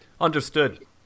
Understood